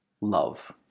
love